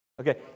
Okay